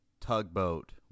Tugboat